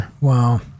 Wow